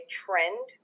trend